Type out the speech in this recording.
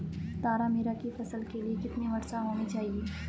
तारामीरा की फसल के लिए कितनी वर्षा होनी चाहिए?